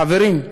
חברים,